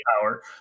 power